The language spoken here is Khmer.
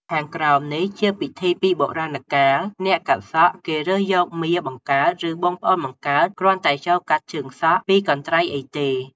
ខាងក្រោមនេះជាពិធីពីបុរាណកាល អ្នកកាត់សក់ គេរើសយកមាបង្កើត ឬបង ប្អូនបង្កើត គ្រាន់តែចូលកាត់ជើងសក់ពីរកន្ត្រៃអីទេ។